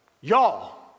y'all